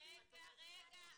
רגע, רגע.